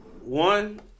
One